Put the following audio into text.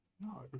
no